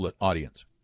audience